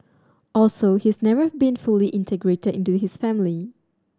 also he's never been fully integrated into his family